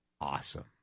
awesome